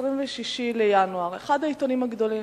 מ-26 בינואר, אחד העיתונים הגדולים,